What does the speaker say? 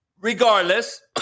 regardless